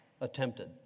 attempted